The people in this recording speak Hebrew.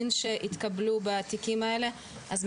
אנחנו מדברים על כ-5% מהתיקים שבהם יש